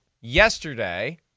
yesterday